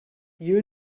you